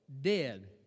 dead